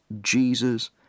Jesus